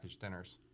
dinners